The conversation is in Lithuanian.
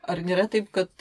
ar nėra taip kad